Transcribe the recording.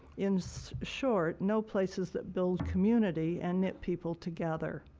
in so short, no places that build community and it? people together.